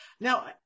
Now